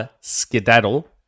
Skedaddle